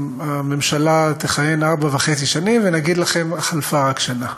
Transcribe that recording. הממשלה תכהן ארבע שנים וחצי ולהגיד לכם: חלפה רק שנה.